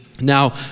Now